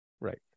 right